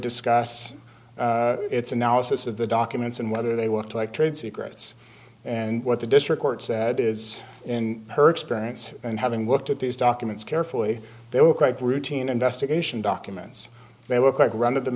discuss its analysis of the documents and whether they worked like trade secrets and what the district court said is in her experience and having looked at these documents carefully they were quite routine investigation documents they look like r